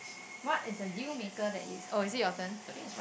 what is a dealmaker that is oh is it your turn